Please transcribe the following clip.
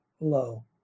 low